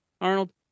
Arnold